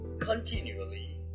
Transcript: continually